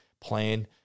plan